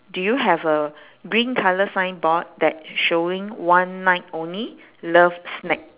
do you have a green colour signboard that's showing one night only love snack